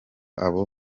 abo